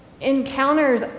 encounters